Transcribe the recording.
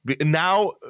now